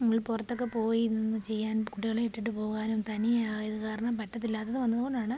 നമ്മൾ പുറത്തൊക്കെ പോയി നിന്ന് ചെയ്യാൻ കുട്ടികളെ ഇട്ടിട്ട് പോവാനും തനിയെ ആയതു കാരണം പറ്റത്തില്ലാത്തത് വന്നതുകൊണ്ടാണ്